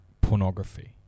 Pornography